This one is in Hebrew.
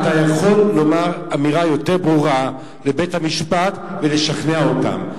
אתה יכול לומר אמירה יותר ברורה לבית-המשפט ולשכנע אותם,